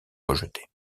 rejeté